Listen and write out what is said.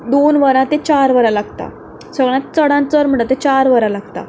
दोन वरां ते चार वरां लागतात सगल्यांत चडांत चड वरां म्हणटा तें चार वरां लागतात